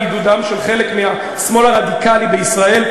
בעידודו של חלק מהשמאל הרדיקלי בישראל,